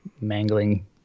mangling